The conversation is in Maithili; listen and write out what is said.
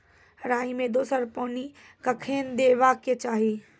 राई मे दोसर पानी कखेन देबा के चाहि?